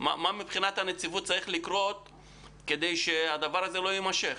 מה צריך לקרות מבחינת הנציבות כדי שהדבר הזה לא יימשך.